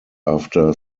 after